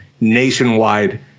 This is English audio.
nationwide